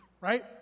right